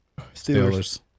Steelers